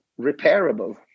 repairable